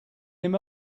him